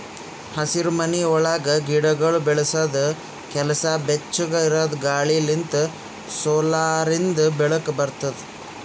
ಹಸಿರುಮನಿ ಒಳಗ್ ಗಿಡಗೊಳ್ ಬೆಳಸದ್ ಕೆಲಸ ಬೆಚ್ಚುಗ್ ಇರದ್ ಗಾಳಿ ಲಿಂತ್ ಸೋಲಾರಿಂದು ಬೆಳಕ ಬರ್ತುದ